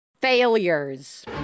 Failures